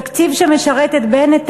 תקציב שמשרת את בנט,